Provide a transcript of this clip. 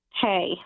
Hey